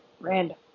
Random